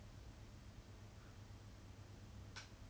removes people that breaches the rule it's not like oh